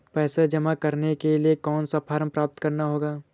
पैसा जमा करने के लिए कौन सा फॉर्म प्राप्त करना होगा?